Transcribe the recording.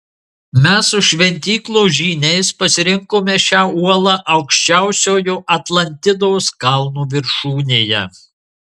mes su šventyklos žyniais pasirinkome šią uolą aukščiausiojo atlantidos kalno viršūnėje